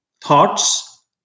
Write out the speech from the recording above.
thoughts